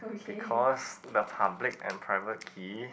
because the public and private key